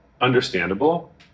understandable